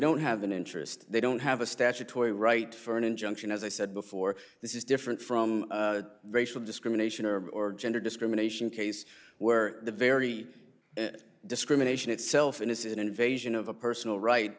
don't have an interest they don't have a statutory right for an injunction as i said before this is different from racial discrimination or more gender discrimination case where the very discrimination itself in this is an invasion of a personal right